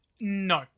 no